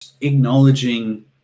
acknowledging